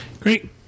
Great